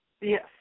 Yes